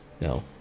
No